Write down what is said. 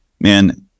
man